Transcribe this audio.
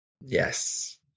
Yes